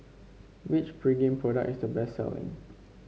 which Pregain product is the best selling